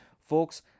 Folks